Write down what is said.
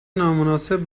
نامناسب